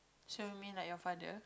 so you mean like your father